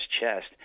chest